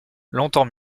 longtemps